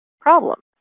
problems